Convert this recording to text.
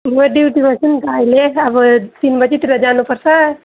म ड्युटीमा छु नि त अहिले अब तिन बजीतिर जानुपर्छ